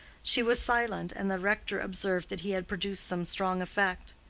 she was silent, and the rector observed that he had produced some strong effect.